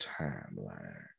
timeline